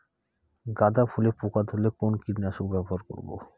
গাদা ফুলে পোকা ধরলে কোন কীটনাশক ব্যবহার করব?